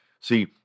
See